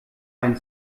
ein